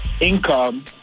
Income